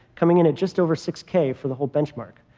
coming in at just over six k for the whole benchmark.